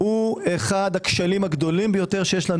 הוא אחד הכשלים הגדולים ביותר שיש לנו